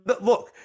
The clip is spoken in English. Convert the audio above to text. look